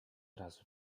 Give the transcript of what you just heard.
razu